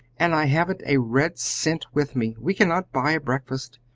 and i haven't a red cent with me! we cannot buy a breakfast!